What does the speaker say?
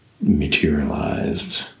materialized